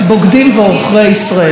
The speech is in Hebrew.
הם משרתים בצה"ל,